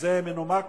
וזה מנומק.